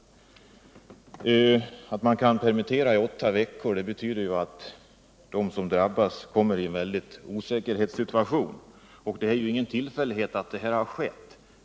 Att företagen på detta sätt kan permittera under åtta veckor betyder att de som drabbas hamnar i en mycket besvärlig osäkerhetssituation. Det är ju heller ingen tillfällighet att detta har förekommit.